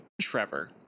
Trevor